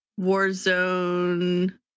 Warzone